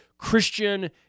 Christian